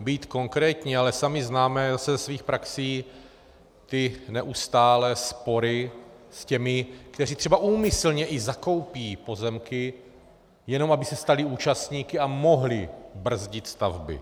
Já nechci být konkrétní, ale sami známe zase ze svých praxí ty neustálé spory s těmi, kteří třeba i úmyslně zakoupí pozemky, jenom aby se stali účastníky a mohli brzdit stavby.